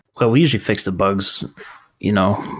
well we usually fix the bugs you know